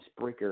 Spricker